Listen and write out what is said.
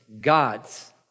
God's